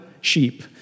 sheep